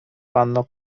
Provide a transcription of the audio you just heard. panno